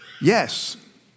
Yes